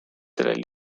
sellele